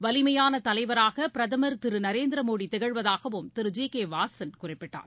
வலிமையான தலைவராக பிரதமர் திரு நரேந்திர மோடி திகழ்வதாகவும் திரு ஜி கே வாசன் குறிப்பிட்டார்